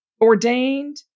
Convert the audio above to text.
ordained